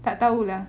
tak tahu lah